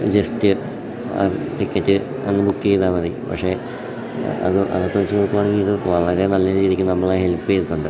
just ticket അന്ന് book ചെയ്താൽ മതി പക്ഷെ അത് അതൊക്കെ വെച്ച് നോക്കുകയാണെങ്കിൽ ഇതു വളരെ നല്ല രീതിക്ക് നമ്മളെ ഹെൽപ്പ് ചെയ്തിട്ടുണ്ട്